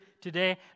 today